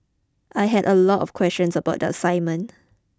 I had a lot of questions about that assignment